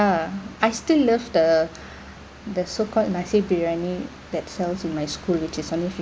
I still love the the so called nasi briyani that sell in my school which is only